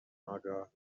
آگاه